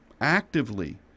actively